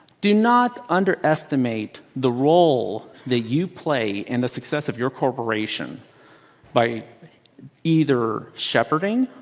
do not underestimate the role that you play in the success of your corporation by either shepherding,